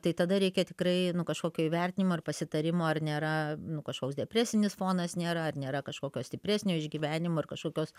tai tada reikia tikrai nu kažkokio įvertinimo ir pasitarimo ar nėra nu kažkoks depresinis fonas nėra ar nėra kažkokio stipresnio išgyvenimo ir kažkokios